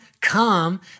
Come